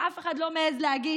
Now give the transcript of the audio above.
שאף אחד לא מעז להגיד,